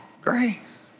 grace